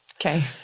Okay